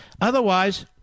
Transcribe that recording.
Otherwise